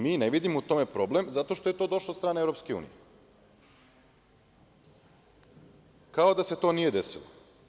Mi ne vidimo u tome problem zato što je to došlo od strane EU, kao da se to nije desilo.